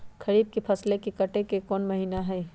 खरीफ के फसल के कटे के कोंन महिना हई?